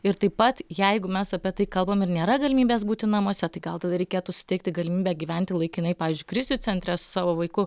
ir taip pat jeigu mes apie tai kalbam ir nėra galimybės būti namuose tai gal tada reikėtų suteikti galimybę gyventi laikinai pavyzdžiui krizių centre su savo vaiku